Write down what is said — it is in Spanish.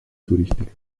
turística